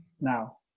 now